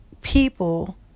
people